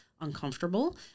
uncomfortable